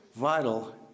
vital